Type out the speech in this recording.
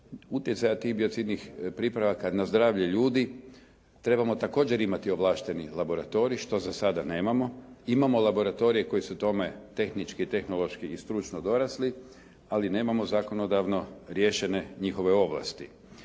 utjecaja tih biocidnih pripravaka na zdravlje ljudi trebamo također imati ovlašteni laboratorij što za sada nemamo. Imamo laboratorije koji su tome tehnički i tehnološki i stručno dorasli, ali nemamo zakonodavno riješene njihove ovlasti.